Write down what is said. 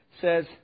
says